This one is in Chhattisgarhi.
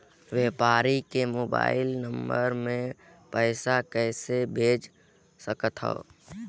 व्यापारी के मोबाइल नंबर मे पईसा कइसे भेज सकथव?